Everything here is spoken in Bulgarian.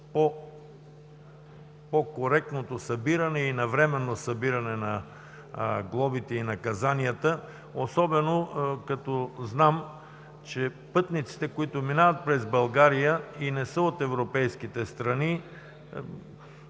по-коректното и навременно събиране на глобите и наказанията. Особено като знам, че пътниците, които минават през България и не са от европейските страни,